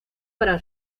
para